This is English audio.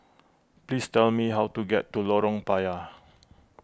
please tell me how to get to Lorong Payah